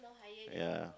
ya